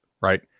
right